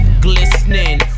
glistening